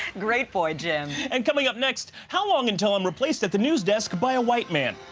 great boy, jim. and coming up next, how long until i'm replaced at the news desk by a white man?